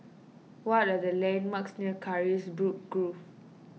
what are the landmarks near Carisbrooke Grove